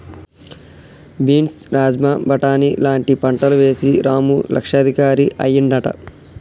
beans rajma బాటని లాంటి పంటలు వేశి రాము లక్షాధికారి అయ్యిండట